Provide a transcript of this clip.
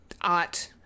art